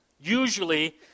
usually